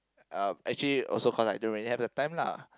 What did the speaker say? uh actually also cause I don't really have the time lah